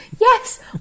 Yes